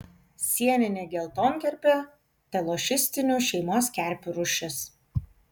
sieninė geltonkerpė telošistinių šeimos kerpių rūšis